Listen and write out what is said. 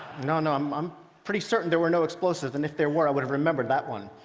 no, no. um i'm pretty certain there were no explosives. and if there were, i would have remembered that one.